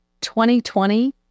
2020